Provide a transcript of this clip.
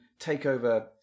takeover